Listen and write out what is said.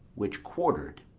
which, quarter'd,